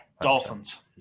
Dolphins